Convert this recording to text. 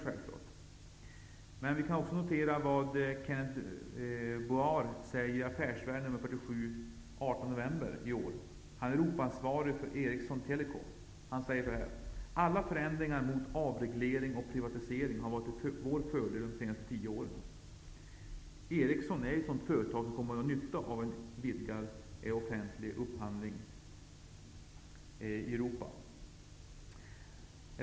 I Affärsvärlden nr 47 från den 18 november 1992 säger Kenneth Boiart, som är Europaansvarig för Ericsson Telecom: ''Alla förändringar mot avreglering och privatisering har varit till vår fördel de senaste tio åren.'' Ericsson är ett företag som kommer att ha nytta av en vidgad offentlig upphandling i Europa.